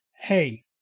Hey